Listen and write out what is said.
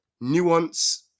Nuance